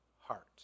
heart